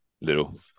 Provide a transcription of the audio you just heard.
little